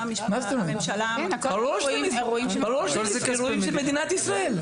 הממשלה --- זה אירועים של מדינת ישראל.